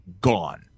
gone